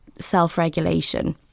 self-regulation